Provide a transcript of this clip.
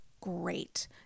great